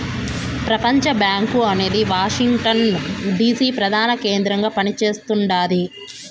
ప్రపంచబ్యాంకు అనేది Washington DC ప్రదాన కేంద్రంగా పని చేస్తుండాది